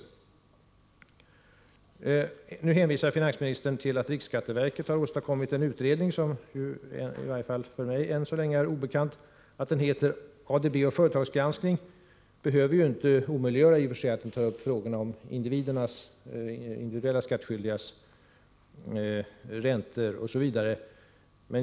Finansministern hänvisar till att riksskatteverket har kommit med en utredning, som i varje fall för mig än så länge är obekant. Att den heter ”ADB och företagsgranskning” behöver inte i och för sig omöjliggöra att den tar upp frågor om individuella skattskyldigas räntor osv.